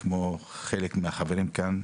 כמו חלק מהחברים כאן,